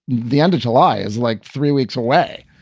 the end of july is like three weeks away.